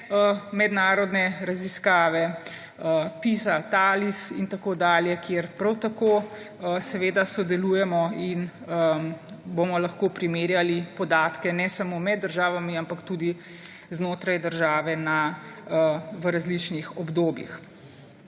mednarodne raziskave, PISA, TALIS in tako dalje, kjer prav tako sodelujemo in bomo lahko primerjali podatke ne samo med državami, ampak tudi znotraj države v različnih obdobjih.